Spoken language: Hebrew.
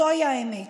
זוהי האמת.